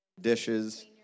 Dishes